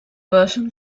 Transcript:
version